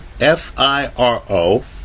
F-I-R-O